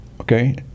Okay